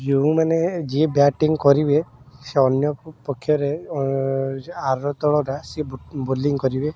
ଯେଉଁମାନେ ଯିଏ ବ୍ୟାଟିଂ କରିବେ ସିଏ ଅନ୍ୟକୁ ପକ୍ଷରେ ଆର ଦଳ ଟା ସିଏ ବୋଲିଙ୍ଗ୍ କରିବେ